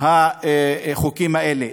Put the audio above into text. החוקים האלה.